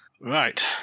Right